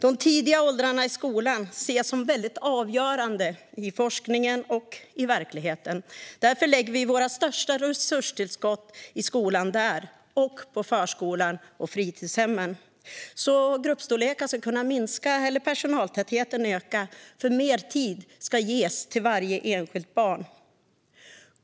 De tidiga åldrarna i skolan ses inom forskningen och i verkligheten som väldigt avgörande. Därför lägger vi våra största resurstillskott för skolan just där liksom på förskolan och fritidshemmen. Gruppstorlekar ska kunna minskas eller personaltätheten öka; mer tid ska kunna ges till varje enskilt barn.